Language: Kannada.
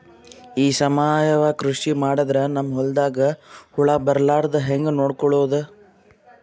ಈ ಸಾವಯವ ಕೃಷಿ ಮಾಡದ್ರ ನಮ್ ಹೊಲ್ದಾಗ ಹುಳ ಬರಲಾರದ ಹಂಗ್ ನೋಡಿಕೊಳ್ಳುವುದ?